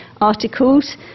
articles